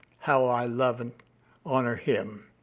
how i love and honor him!